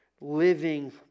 Living